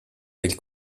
del